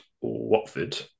Watford